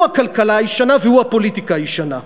הוא הכלכלה הישנה והוא הפוליטיקה הישנה.